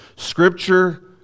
scripture